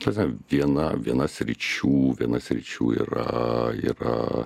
ta prasme viena viena sričių viena sričių yra yra